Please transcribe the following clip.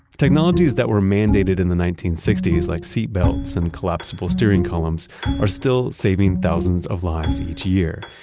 technologies that were mandated in the nineteen sixty s like seatbelts and collapsible steering columns are still saving thousands of lives each year,